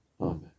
Amen